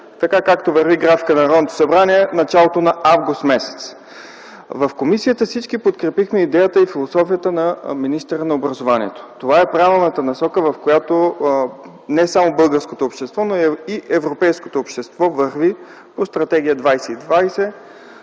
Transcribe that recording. така, както върви графикът на Народното събрание – началото на м. август. В комисията всички подкрепихме идеята и философията на министъра на образованието. Това е правилната насока, в която не само българското общество, но и европейското общество върви по Стратегия 2020.